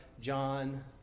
John